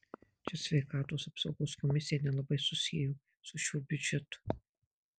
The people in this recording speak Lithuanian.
čia sveikatos apsaugos komisija nelabai susiejo su šiuo biudžetu